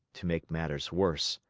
to make matters worse,